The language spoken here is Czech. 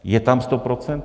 Je tam sto procent?